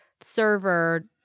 server